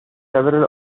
several